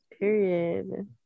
Period